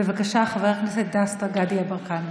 בבקשה, חבר הכנסת דסטה גדי יברקן.